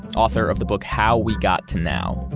author of the book how we got to now.